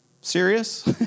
serious